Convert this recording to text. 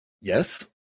Yes